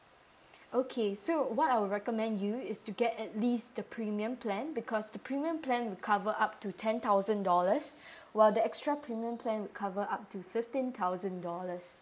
okay so what I'll recommend you is to get at least the premium plan because the premium would plan cover up to ten thousand dollars while the extra premium plan would cover up to fifteen thousand dollars